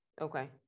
Okay